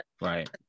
right